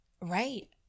right